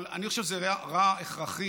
אבל אני חושב שזה רע הכרחי.